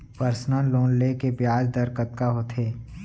Personal loan ले के ब्याज दर कतका होथे?